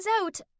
out